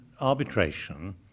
arbitration